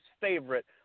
favorite